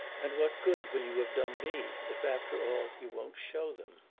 and what good will you have done me if after all you won't show them?